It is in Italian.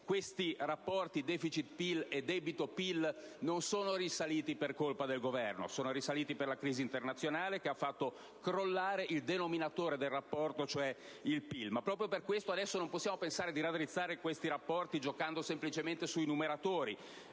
I rapporti deficit*-*PIL e debito-PIL non sono risaliti per colpa del Governo, ma a causa della crisi internazionale, che ha fatto crollare il denominatore del rapporto, cioè il PIL. Proprio per questo ora non si può pensare di raddrizzare i rapporti giocando semplicemente sui numeratori,